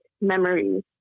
memories